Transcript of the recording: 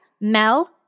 Mel